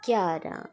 ग्यारह्